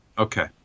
Okay